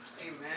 Amen